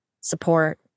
support